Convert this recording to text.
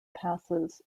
passes